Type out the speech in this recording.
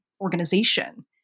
organization